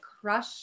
crush